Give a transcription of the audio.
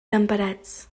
temperats